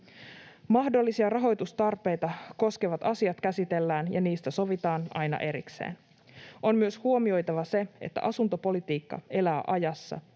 Mahdollisia rahoitustarpeita koskevat asiat käsitellään ja niistä sovitaan aina erikseen. On myös huomioitava se, että asuntopolitiikka elää ajassa